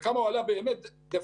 וכמה הוא עולה באמת דה-פקטו,